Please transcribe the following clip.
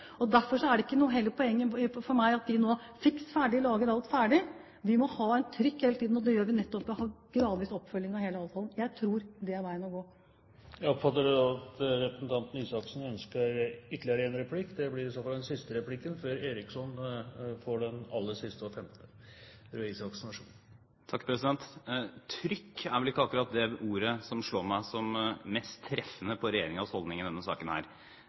vanskelig. Derfor er ikke hele poenget for meg at vi nå lager alt ferdig, fiks ferdig. Vi må ha et trykk hele tiden, og det gjør vi nettopp ved å ha en gradvis oppfølging av hele avtalen. Jeg tror det er veien å gå. Presidenten oppfatter det slik at representanten Røe Isaksen ønsker ytterligere en replikk. Det blir i så fall den siste replikken før Eriksson får den aller siste og femte. «Trykk» er vel ikke akkurat det ordet som slår meg som mest treffende på regjeringens holdning i denne saken her.